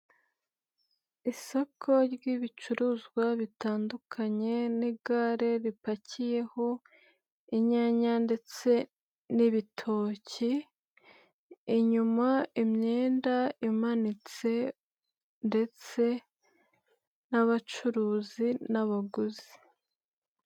Isoko ry'ibicuruzwa bitandukanye n'igare ripakiyeho inyanya ndetse n'ibitoki, inyuma imyenda imanitse ndetse n'abacuruzi n'abaguzi.